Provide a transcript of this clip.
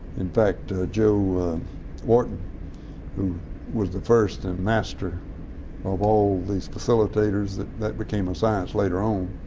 in fact, joe warton who was the first and master of all these facilitators that that became a science later on,